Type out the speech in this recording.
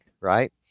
right